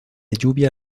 lluvia